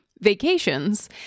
vacations